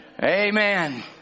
amen